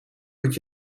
moet